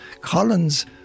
Collins